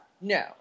no